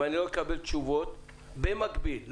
אם אני לא מקבל תשובות במקביל.